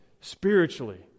spiritually